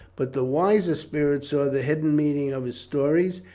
but the wiser spirits saw the hidden meaning of his stories,